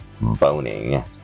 boning